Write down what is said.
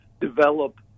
develop